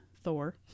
Thor